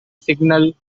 signal